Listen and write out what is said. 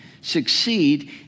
succeed